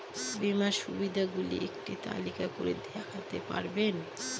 বীমার সুবিধে গুলি একটি তালিকা করে দেখাতে পারবেন?